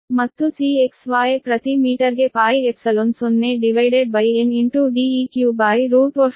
ಮತ್ತು Cxy ಪ್ರತಿ ಮೀಟರ್ಗೆ 0ln DeqDsxDsy ಫ್ಯಾರಡ್ಗೆ ಸಮ